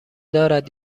دارد